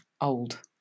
old